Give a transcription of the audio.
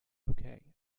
okay